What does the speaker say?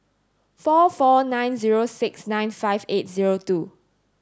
four four nine zero six nine five eight zero two